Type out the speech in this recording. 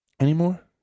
anymore